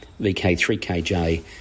VK3KJ